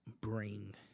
bring